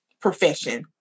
profession